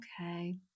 Okay